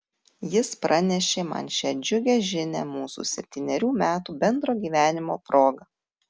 jis pranešė man šią džiugią žinią mūsų septynerių metų bendro gyvenimo proga